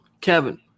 Kevin